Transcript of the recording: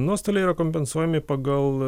nuostoliai yra kompensuojami pagal